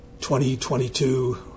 2022